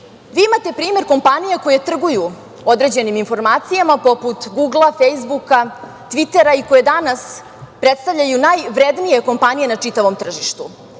Vi imate primer kompanija koje trguju određenim informacijama, poput Gugla, Fejsbuka, Tvitera i koje danas predstavljaju najvrednije kompanije na čitavom tržištu.